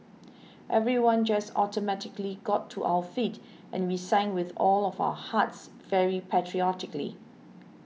everyone just automatically got to our feet and we sang with all of our hearts very patriotically